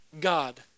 God